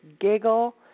giggle